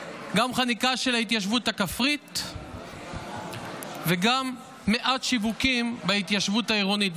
חניקה של ההתיישבות הכפרית וגם מעט שיווקים בהתיישבות העירונית.